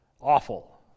Awful